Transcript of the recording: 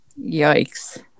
Yikes